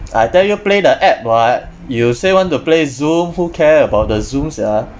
I tell you play the app [what] you say want to play zoom who care about the zoom sia